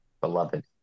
beloved